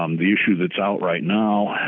um the issue that's out right now,